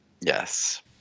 yes